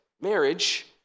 marriage